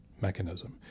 mechanism